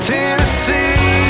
Tennessee